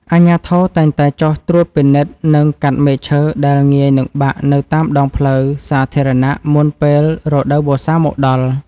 អាជ្ញាធរតែងតែចុះត្រួតពិនិត្យ និងកាត់មែកឈើដែលងាយនឹងបាក់នៅតាមដងផ្លូវសាធារណៈមុនពេលរដូវវស្សាមកដល់។